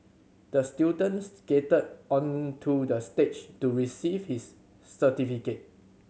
the student skated onto the stage to receive his certificate